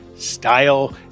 Style